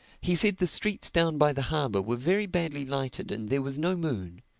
he said the streets down by the harbor were very badly lighted and there was no moon.